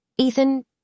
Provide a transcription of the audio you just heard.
Ethan